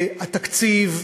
התקציב,